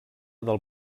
del